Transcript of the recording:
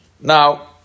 Now